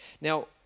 Now